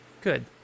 Good